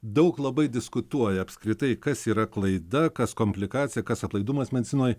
daug labai diskutuoja apskritai kas yra klaida kas komplikacija kas aplaidumas medicinoj